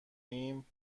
ایم